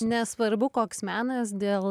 nesvarbu koks menas dėl